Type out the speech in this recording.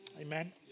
Amen